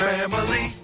Family